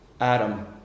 Adam